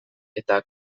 eta